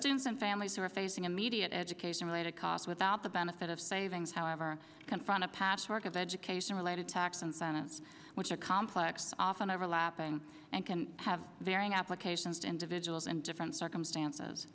students and families who are facing immediate education related costs without the benefit of savings however confront a patchwork of education related tax incentives which are complex often overlapping and can have varying applications to individuals in different circumstances